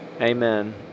Amen